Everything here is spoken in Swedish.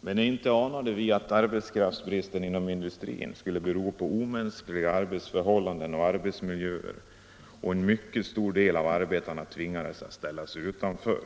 Men inte anade vi att arbetskraftsbristen inom industrin skulle bero på omänskliga arbetsförhållanden och arbetsmiljöer och att en mycket stor del av arbetarna — inte minst kvinnor — skulle ställas utanför,